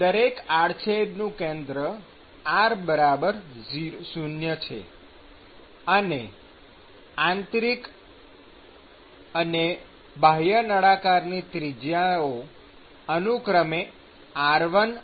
દરેક આડછેદનું કેન્દ્ર r0 છે અને આંતરિક અને બાહ્ય નળાકારની ત્રિજ્યાઓ અનુક્રમે r1 અને r2 ધારેલ છે